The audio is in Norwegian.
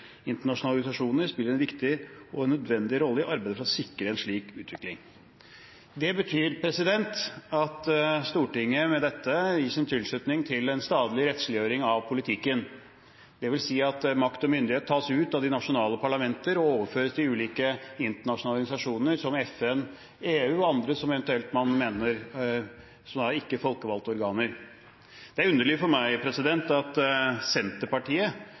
Internasjonale organisasjoner spiller en viktig og nødvendig rolle i arbeidet for å sikre en slik utvikling.» Det betyr at Stortinget med dette gir sin tilslutning til en statlig rettsliggjøring av politikken. Det vil si at makt og myndighet tas ut av de nasjonale parlamenter og overføres til ulike internasjonale organisasjoner som FN, EU og eventuelt andre, og som ikke er folkevalgte organer. Det er underlig for meg at Senterpartiet